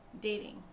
dating